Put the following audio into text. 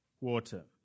water